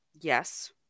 Yes